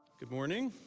good morning.